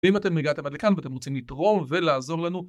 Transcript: ואם אתם הגעתם עד לכאן ואתם רוצים לתרום ולעזור לנו